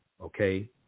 okay